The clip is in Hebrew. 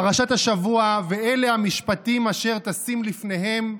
פרשת השבוע: "ואלה המשפטים אשר תשים לפניהם,